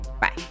Bye